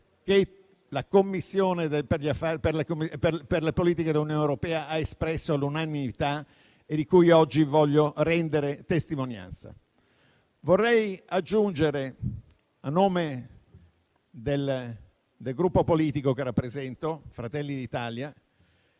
dalla Commissione per le politiche dell'Unione europea e oggi voglio renderne testimonianza. Vorrei aggiungere, a nome del Gruppo politico che rappresento, Fratelli d'Italia,